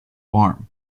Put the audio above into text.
farm